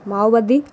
ମାଓବାଦୀ